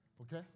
okay